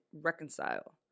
reconcile